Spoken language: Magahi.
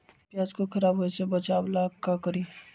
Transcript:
प्याज को खराब होय से बचाव ला का करी?